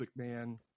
McMahon